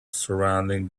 surrounding